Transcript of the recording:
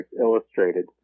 Illustrated